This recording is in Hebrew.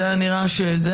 זה היה נראה שלא,